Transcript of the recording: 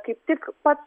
kaip tik pats